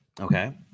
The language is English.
Okay